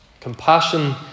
Compassion